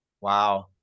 Wow